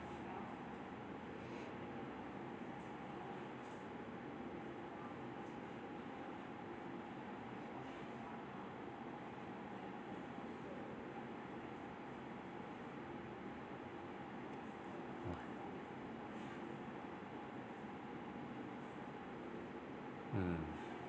mm